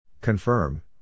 Confirm